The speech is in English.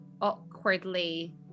awkwardly